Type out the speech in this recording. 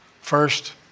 First